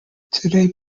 today